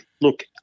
Look